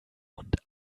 und